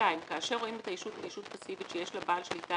כאשר רואים את הישות כישות פסיבית שיש לה בעל שליטה